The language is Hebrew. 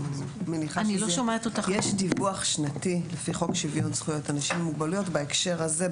יש דיווח שנתי לפי חוק שוויון זכויות לאנשים עם מוגבלויות בהקשר הזה,